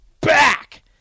back